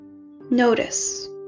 Notice